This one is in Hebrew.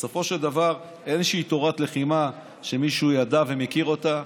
בסופו של דבר אין איזושהי תורת לחימה שמישהו יודע ומכיר אותה.